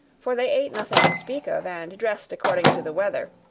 for they ate nothing to speak of and dressed according to the weather,